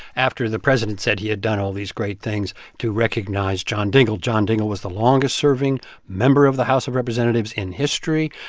after the president said he had done all these great things to recognize john dingell. john dingell was the longest-serving member of the house of representatives in history,